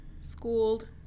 schooled